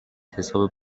حساب